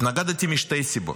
התנגדתי משתי סיבות: